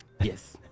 Yes